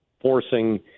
forcing